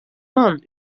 man